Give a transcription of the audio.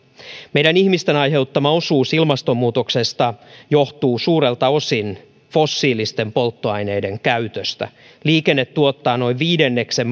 meidän ihmisten aiheuttama osuus ilmastonmuutoksesta johtuu suurelta osin fossiilisten polttoaineiden käytöstä liikenne tuottaa noin viidenneksen